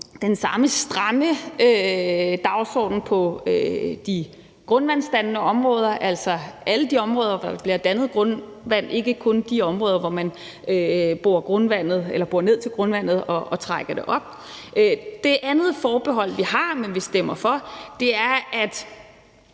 den samme stramme dagsorden på de grundvandsdannende områder, altså alle de områder, hvor der bliver dannet grundvand, og ikke kun de områder, hvor man borer ned til grundvandet og trækker det op. Det andet forbehold, vi har, selv om vi stemmer for, er, at